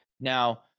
Now